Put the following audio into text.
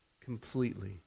completely